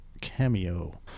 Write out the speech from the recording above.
cameo